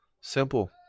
Simple